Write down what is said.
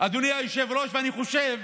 אדוני היושב-ראש, ואני חושב